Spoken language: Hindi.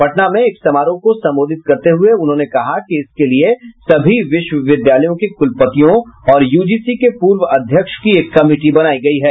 पटना में एक समारोह को संबोधित करते हये उन्होंने कहा कि इसके लिए सभी विश्वविद्यालयों के कुलपतियों और यूजीसी के पूर्व अध्यक्ष की एक कमिटी बनायी गयी है